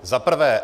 Zaprvé.